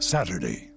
Saturday